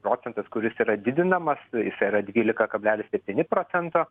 procentas kuris yra didinamas jisai yra dvylika kablelis septyni procento